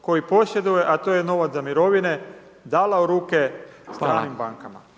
koji posjeduje, a to je novac za mirovine, dala u ruke stranim bankama.